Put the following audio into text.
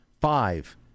Five